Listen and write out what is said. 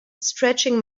stretching